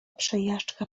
przejażdżka